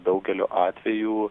daugeliu atvejų